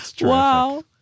wow